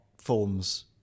forms